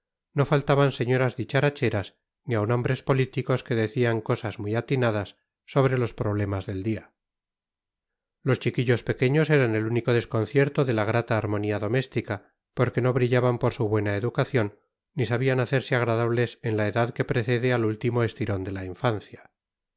no faltaban señoras dicharacheras ni aun hombres políticos que decían cosas muy atinadas sobre los problemas del día los chiquillos pequeños eran el único desconcierto de la grata armonía doméstica porque no brillaban por su buena educación ni sabían hacerse agradables en la edad que precede al último estirón de la infancia